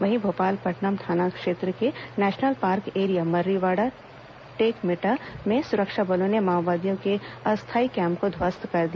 वहीं भोपालपट्नम थाना क्षेत्र के national park area Marriwada Tekmeta में सुरक्षा बलों ने माओवादियों के अस्थायी कैंप को ध्वस्त कर दिया